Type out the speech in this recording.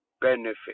benefit